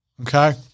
Okay